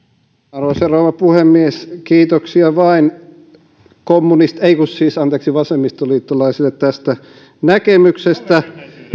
arvoisa rouva puhemies kiitoksia vain kommunist ei kun siis anteeksi vasemmistoliittolaisille tästä näkemyksestä